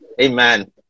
Amen